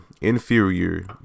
inferior